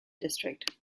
district